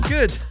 Good